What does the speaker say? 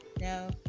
No